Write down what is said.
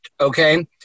okay